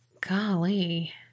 Golly